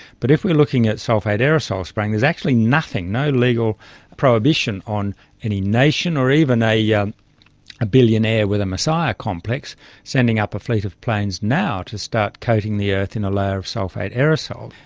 but if we are looking at sulphate aerosol spraying there is actually nothing, no legal prohibition on any nation or even a yeah a billionaire with a messiah complex sending up a fleet of planes now to start coating the earth in a layer of sulphate aerosol.